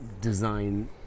design